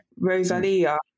Rosalia